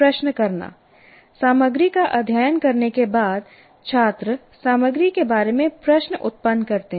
प्रश्न करना सामग्री का अध्ययन करने के बाद छात्र सामग्री के बारे में प्रश्न उत्पन्न करते हैं